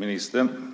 Herr talman!